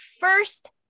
first